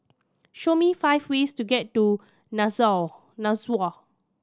show me five ways to get to Nassau